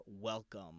welcome